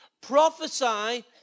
prophesy